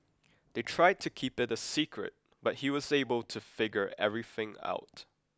they tried to keep it a secret but he was able to figure everything out